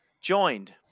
joined